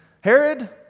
Herod